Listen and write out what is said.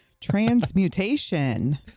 transmutation